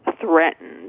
threatened